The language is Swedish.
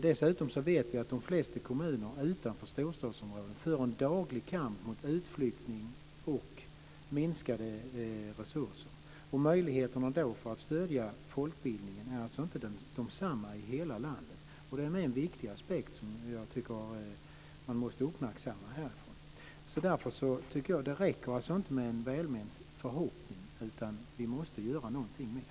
Dessutom vet vi att de flesta kommuner utanför storstadsområdena för en daglig kamp mot utflyttning och minskade resurser. Möjligheterna att då stödja folkbildningen är inte desamma i hela landet. Det är en viktig aspekt som man måste uppmärksamma härifrån. Det räcker alltså inte med en välment förhoppning utan vi måste göra någonting mer.